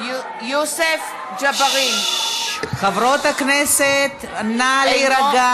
איך את לא מתביישת, חברות הכנסת, נא להירגע.